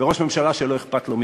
וראש ממשלה שלא אכפת לו מכלום.